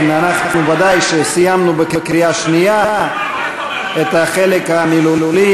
אנחנו ודאי שסיימנו את הקריאה השנייה של החלק המילולי.